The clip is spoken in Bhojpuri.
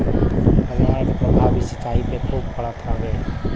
पर्यावरण के प्रभाव भी सिंचाई पे खूब पड़त हउवे